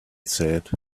said